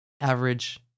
average